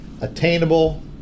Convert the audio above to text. Attainable